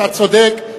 אתה צודק.